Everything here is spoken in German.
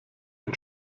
ein